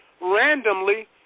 randomly